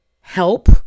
help